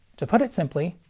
to put it simply,